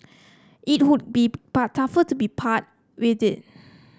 it would be part tough to be part with it